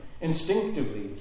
Instinctively